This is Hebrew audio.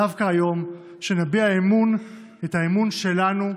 דווקא היום, שנביע אמון, את האמון שלנו,